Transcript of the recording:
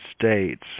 states